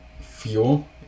fuel